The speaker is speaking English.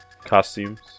costumes